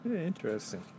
Interesting